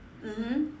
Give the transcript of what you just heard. mmhmm